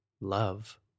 love